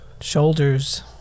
shoulders